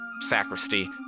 sacristy